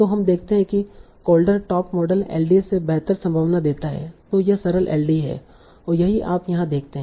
तो हम देखते हैं कि कोल्डर टॉप मॉडल एलडीए से बेहतर संभावना देता है तो यह सरल एलडीए है और यही आप यहां देखते हैं